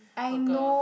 burger